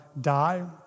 die